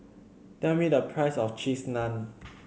tell me the price of Cheese Naan